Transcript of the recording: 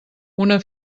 una